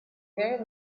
very